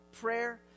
prayer